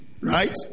right